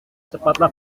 cepatlah